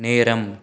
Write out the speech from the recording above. நேரம்